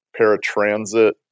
paratransit